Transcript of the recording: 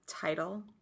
title